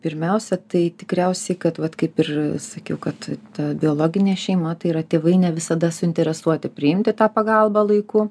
pirmiausia tai tikriausiai kad vat kaip ir sakiau kad ta biologinė šeima tai yra tėvai ne visada suinteresuoti priimti tą pagalbą laiku